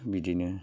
बिदिनो